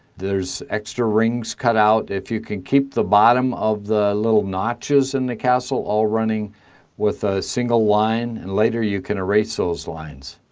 there's extra rings cut out. if you can keep the bottom of the little notches in the castle all running with a single line, and later you can erase those lines.